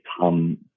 come